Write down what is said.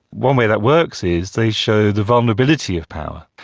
one way that works is they show the vulnerability of power.